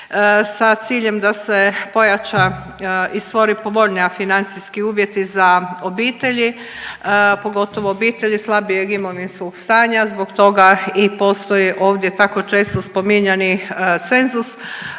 sa ciljem da se pojača i stvori povoljnija financijski uvjeti za obitelji pogotovo obitelji slabijeg imovinskog stanja, zbog toga i postoji ovdje tako često spominjani cenzus